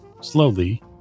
slowly